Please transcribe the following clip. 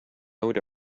would